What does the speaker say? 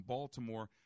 Baltimore